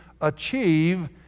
achieve